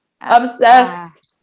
Obsessed